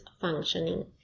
functioning